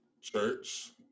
Church